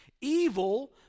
evil